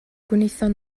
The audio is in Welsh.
gwnaethon